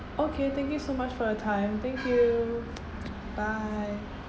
okay thank you so much for your time thank you bye